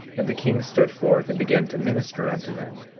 and the king stood forth, and began to minister unto them.